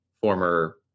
former